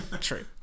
True